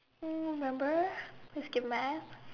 !woo! remember we skipped math